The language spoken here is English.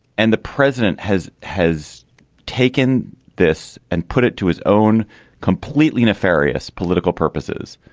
and the president has has taken this and put it to his own completely nefarious political purposes.